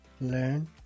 learn